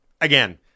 again